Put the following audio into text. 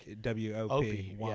W-O-P